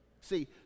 See